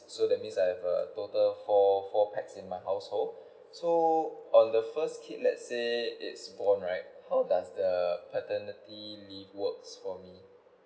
so that means I have a total four four pax in my household so on the first kid let's say it's born right how does the paternity leave works for me